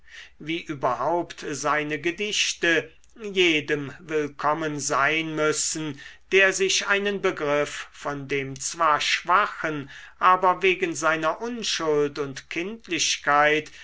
wie überhaupt seine gedichte jedem willkommen sein müssen der sich einen begriff von dem zwar schwachen aber wegen seiner unschuld und kindlichkeit